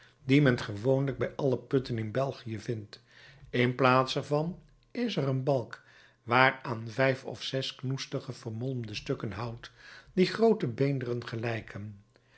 dien men gewoonlijk bij alle putten in belgië vindt in plaats ervan is er een balk waaraan vijf of zes knoestige vermolmde stukken hout die groote beenderen gelijken